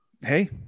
Hey